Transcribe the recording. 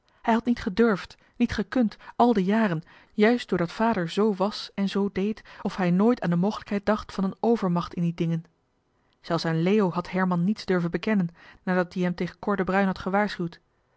hij had niet gedurfd niet gekund al de jaren juist doordat vader johan de meester de zonde in het deftige dorp zoo was en zoo deed of hij nooit aan de moog'lijkheid dacht van een overmacht in die dingen zelfs aan leo had herman niets durven bekennen nadat die hem tegen cor had gewaarschuwd